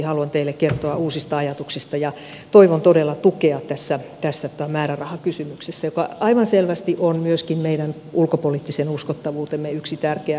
haluan teille kertoa uusista ajatuksista ja toivon todella tukea tässä määrärahakysymyksessä joka aivan selvästi on myöskin meidän ulkopoliittisen uskottavuutemme yksi tärkeä mittari